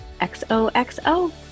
XOXO